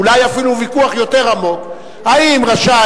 אולי אפילו ויכוח יותר עמוק: האם רשאי